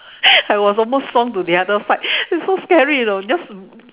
I was almost swung to the other side it's so scary you know just